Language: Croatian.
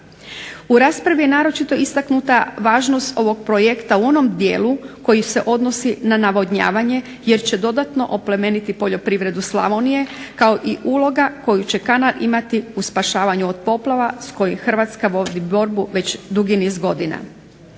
U raspravi je naročito istaknuta važnost ovog projekta u onom dijelu koji se odnosi na navodnjavanje, jer će dodatno oplemeniti poljoprivredu Slavonije kao i uloga koju će kanal imati u spašavanju od poplava s kojim Hrvatska vodi borbu već dugi niz godina.